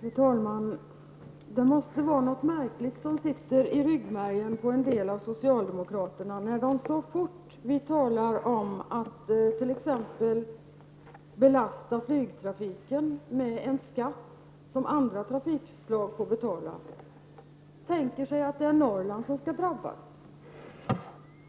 Fru talman! Det är en märklig inställning, som tydligen är rotad i ryggmärgen på en del av socialdemokraterna, att de så snart som vi talar om att belasta t.ex. flygtrafiken med en skatt, tänker sig att det är Norrland som skall drabbas.